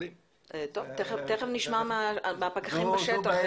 תיכף נשמע מהפקחים בשטח.